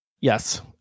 Yes